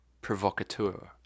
Provocateur